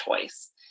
choice